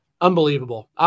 unbelievable